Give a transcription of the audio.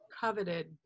coveted